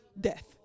death